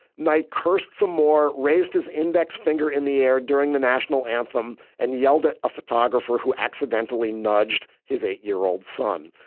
knight casts some more. raised his index finger in the air during the national anthem and yelled at a photographer who accidentally nudged his eight year old son.